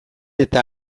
eta